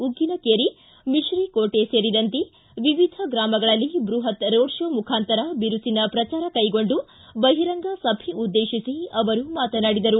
ಉಗ್ಗಿನಕೇರಿ ಮಿತ್ರೀಕೋಟೆ ಸೇರಿದಂತೆ ವಿವಿಧ ಗ್ರಾಮಗಳಲ್ಲಿ ಬೃಹತ್ ರೋಡ್ ಶೋ ಮುಖಾಂತರ ಬಿರುಸಿನ ಪ್ರಚಾರ ಕೈಗೊಂಡು ಬಹಿರಂಗ ಸಭೆ ಉದ್ದೇಶಿಸಿ ಅವರು ಮಾತನಾಡಿದರು